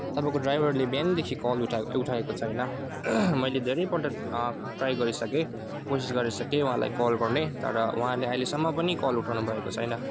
तपाईँको ड्राइभरले बिहानदेखि कल उठाए उठाएको छैन मैले धेरैपल्ट ट्राइ गरिसकेँ कोसिस गरिसकेँ उहाँलाई कल गर्ने तर उहाँले अहिलेसम्म पनि कल उठाउनुभएको छैन